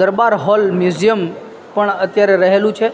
દરબાર hall museum પણ અત્યારે રહેલું છે